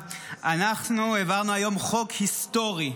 אנחנו העברנו היום חוק היסטורי,